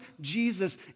Jesus